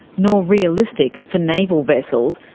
nor realistic for naval vessels,